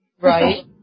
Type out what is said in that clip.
Right